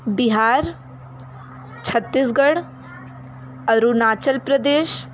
Bihar Chhattisgarh Arunachal Pradesh